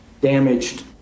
damaged